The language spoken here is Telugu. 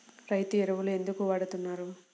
రైతు ఎరువులు ఎందుకు వాడుతున్నారు?